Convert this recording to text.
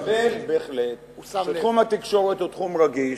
אני מקבל בהחלט שתחום התקשורת הוא תחום רגיש,